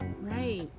Right